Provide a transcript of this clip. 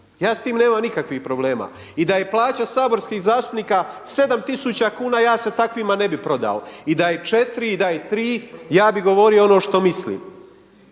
Ja s tim nemam nikakvih problema. I da je plaća saborskih zastupnika 7000 kuna ja se takvima ne bih prodao. I da je 4 i da je 3 ja bih govorio ono što mislim.